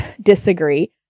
disagree